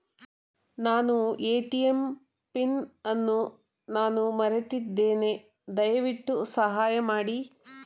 ನನ್ನ ATM pin ಅನ್ನು ನಾನು ಮರೆತಿದ್ದೇನೆ, ದಯವಿಟ್ಟು ಸಹಾಯ ಮಾಡಿ